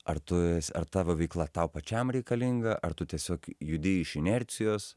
ar tu esi ar tavo veikla tau pačiam reikalinga ar tu tiesiog judi iš inercijos